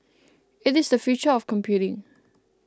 it is the future of computing